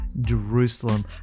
Jerusalem